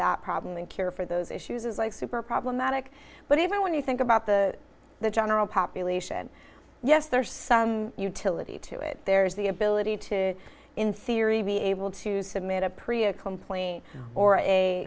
the problem and care for those issues is like super problematic but even when you think about the the general population yes there are some utility to it there is the ability to in theory be able to submit a priya complaint or a